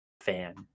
fan